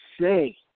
say